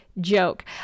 joke